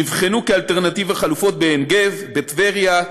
נבדקו כאלטרנטיבה חלופות בעין גב, בטבריה,